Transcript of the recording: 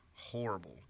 horrible